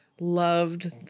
loved